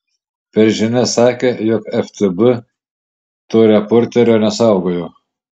per žinias sakė jog ftb to reporterio nesaugojo